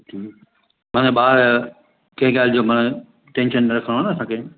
माना ॿार कंहिं ॻाल्हि जो माना टेंशन न रखणो आहे न असांखे